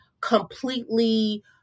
completely